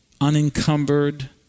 unencumbered